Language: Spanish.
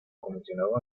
comisionado